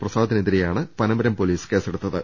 പ്രസാദിനെതിരെയാണ് Panamaram police കേസെ ടുത്തത്